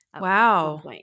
Wow